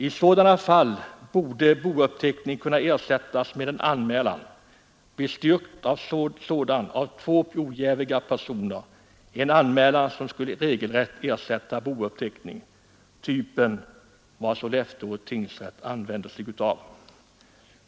I sådana fall borde bouppteckning kunna ersättas med en anmälan, bestyrkt av två ojäviga personer — en anmälan som skulle regelrätt ersätta bouppteckning, av den typ Sollefteå tingsrätt tillämpar.